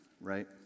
right